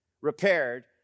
repaired